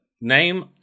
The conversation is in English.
Name